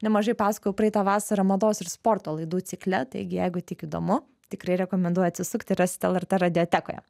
nemažai pasakojau praeitą vasarą mados ir sporto laidų cikle taigi jeigu tik įdomu tikrai rekomenduoju atsisukti rasit lrt radiotekoje